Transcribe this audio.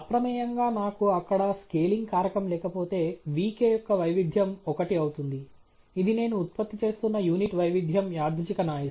అప్రమేయంగా నాకు అక్కడ స్కేలింగ్ కారకం లేకపోతే vk యొక్క వైవిధ్యం ఒకటి అవుతుంది ఇది నేను ఉత్పత్తి చేస్తున్న యూనిట్ వైవిధ్యం యాదృచ్ఛిక నాయీస్